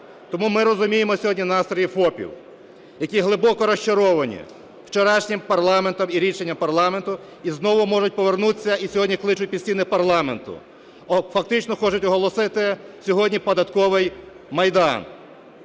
Тому ми розуміємо сьогодні настрій ФОПів, які глибоко розчаровані вчорашнім парламентом і рішенням парламенту і знову можуть повернутися і сьогодні кличуть під стіни парламенту. Фактично хочуть оголосити сьогодні податковий майдан.